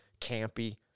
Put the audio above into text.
campy